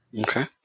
okay